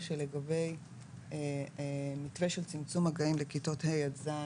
שלגבי מתווה של צמצום מגעים לכיתות ה' עד ז',